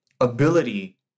ability